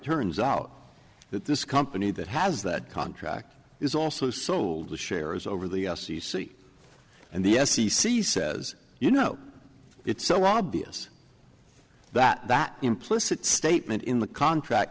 turns out that this company that has that contract is also sold the shares over the f c c and the f c c says you know it's so obvious that that implicit statement in the contract